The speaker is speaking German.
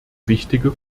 wichtige